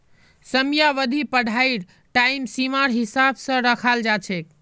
समयावधि पढ़ाईर टाइम सीमार हिसाब स रखाल जा छेक